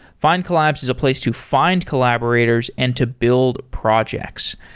findcollabs is a place to find collaborators and to build projects.